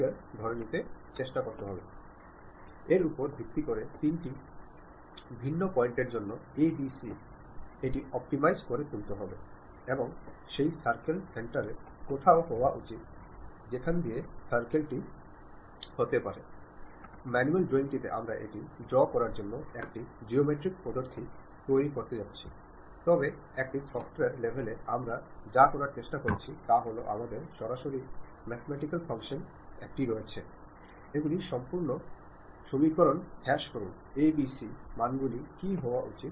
candidates എന്ന് ഉദ്ദേശിക്കുന്നത് നിങ്ങൾ മിക്കപ്പോഴും ആശയവിനിമയം നടത്തുമ്പോൾ ചില ആളുകൾ ഇത് എന്റെ സത്യസന്ധമായ അഭിപ്രായമാണെന്ന് പറയുന്നത് കേൾക്കാം ഞാൻ വ്യക്തമായി പറയുന്നു നിങ്ങൾ ആശയവിനിമയം നടത്തുമ്പോൾ സമഗ്രതയും ന്യായബോധവും വളരെ പ്രധാനമാണെന്ന് ഒരൊറ്റ വാക്ക് കൊണ്ടോ ഒരൊറ്റ ഉച്ചാരണം കൊണ്ടോ ചില സമയങ്ങളിൽ പ്രശ്നമുണ്ടാവുന്ന ഒരു യുഗത്തിലാണ് നാം ജീവിക്കുന്നത്